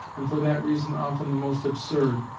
and for that reason often the most absurd,